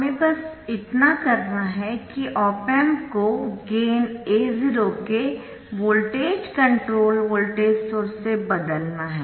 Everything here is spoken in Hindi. हमें बस इतना करना है कि ऑप एम्प को गेन A0 के वोल्टेज कंट्रोल्ड वोल्टेज सोर्स से बदलना है